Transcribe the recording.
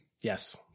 Yes